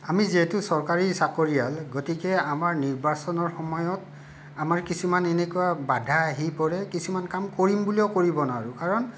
আমি যিহেতু চৰকাৰী চাকৰিয়াল গতিকে আমাৰ নিৰ্বাচনৰ সময়ত আমাৰ কিছুমান এনেকুৱা বাধা আহি পৰে কিছুমান কাম কৰিম বুলিও কৰিব নোৱাৰোঁ কাৰণ